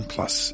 Plus